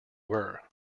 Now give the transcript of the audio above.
were